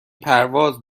پرواز